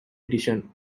edition